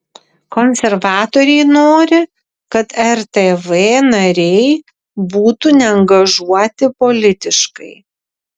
konservatoriai nori kad rtv nariai būtų neangažuoti politiškai